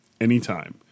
anytime